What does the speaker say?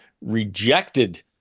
rejected